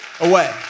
away